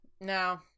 No